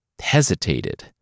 hesitated